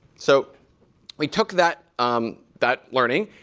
so we took that um that learning,